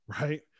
right